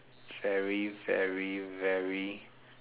very very very